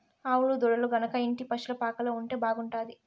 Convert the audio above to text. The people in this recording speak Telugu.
ఆవుల దూడలు గనక ఇంటి పశుల పాకలో ఉంటే బాగుంటాది